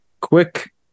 quick